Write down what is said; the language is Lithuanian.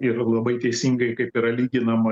ir labai teisingai kaip yra lyginama